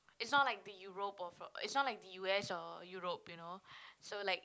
it's not like the Europe or f~ it's not like the U_S or Europe you know so like